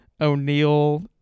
o'neill